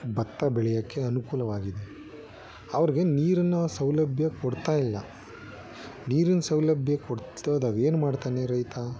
ಭತ್ತ ಬೆಳಿಯೋಕ್ಕೆ ಅನುಕೂಲವಾಗಿದೆ ಅವ್ರಿಗೆ ನೀರಿನ ಸೌಲಭ್ಯ ಕೊಡ್ತಾಯಿಲ್ಲ ನೀರಿನ ಸೌಲಭ್ಯ ಕೊಡದೇ ಇದ್ದಾಗ ಏನ್ಮಾಡ್ತಾನೆ ರೈತ